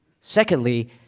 Secondly